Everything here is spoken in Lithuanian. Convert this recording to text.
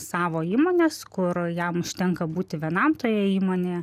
savo įmones kur jam užtenka būti vienam toje įmonėje